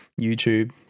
YouTube